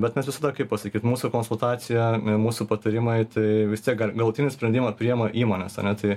bet mes visada kaip pasakyt mūsų konsultacija mūsų patarimai tai vis tiek galutinį sprendimą priima įmonės ane tai